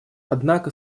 однако